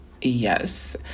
Yes